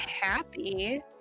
happy